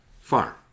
farm